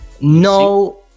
No